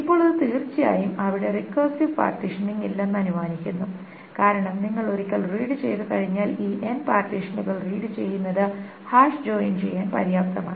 ഇപ്പോൾ ഇത് തീർച്ചയായും അവിടെ റിക്കർസീവ് പാർട്ടീഷനിംഗ് ഇല്ലെന്നു അനുമാനിക്കുന്നു കാരണം നിങ്ങൾ ഒരിക്കൽ റീഡ് ചെയ്തുകഴിഞ്ഞാൽ ഈ n പാർട്ടീഷനുകൾ റീഡ് ചെയ്യുന്നത് ഹാഷ് ജോയിൻ ചെയ്യാൻ പര്യാപ്തമാണ്